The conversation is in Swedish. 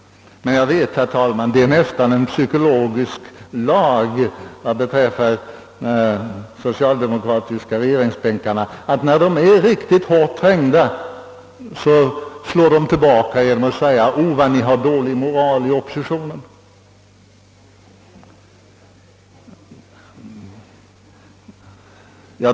Men jag vet, herr talman, att det nära nog är en psykologisk lag att man från de socialdemokratiska regeringsbänkarna när man är riktigt hårt trängd slår tillbaka genom att hänvisa till vilken dålig moral oppositionen visar.